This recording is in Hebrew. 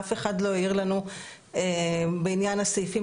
אף אחד לא העיר לנו בעניין הסעיפים